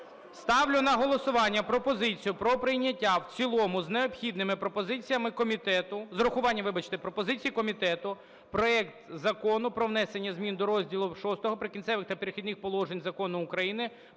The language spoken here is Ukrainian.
Ставлю на голосування пропозицію про прийняття в цілому з необхідними пропозиціями комітету... з урахуванням, вибачте, пропозицій комітету проект Закону про внесення змін до розділу VI "Прикінцевих та перехідних положень" Закону України